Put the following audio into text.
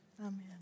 Amen